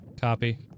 Copy